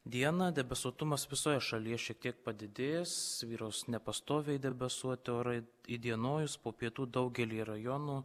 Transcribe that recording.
dieną debesuotumas visoje šalyje šiek tiek padidės vyraus nepastoviai debesuoti orai įdienojus po pietų daugelyje rajonų